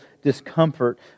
Discomfort